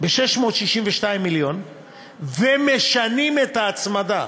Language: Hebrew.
ב-662 מיליון ומשנים את ההצמדה